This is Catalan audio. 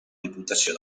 diputació